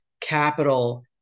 capital